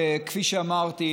כפי שאמרתי,